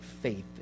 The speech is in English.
faith